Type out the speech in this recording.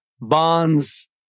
bonds